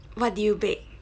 what did you bake